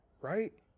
Right